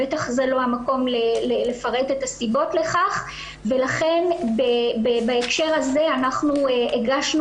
בטח זה לא המקום לפרט את הסיבות לכך ולכן בהקשר הזה אנחנו הגשנו